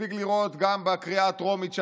מספיק לראות גם בקריאה הטרומית,